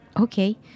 Okay